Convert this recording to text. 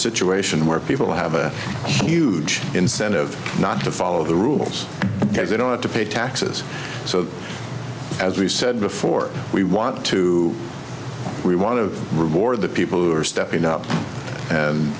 situation where people have a huge incentive not to follow the rules because they don't want to pay taxes so as we said before we want to we want to reward the people who are stepping up and